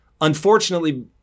unfortunately